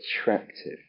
attractive